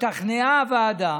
השתכנעה הוועדה